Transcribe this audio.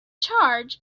charge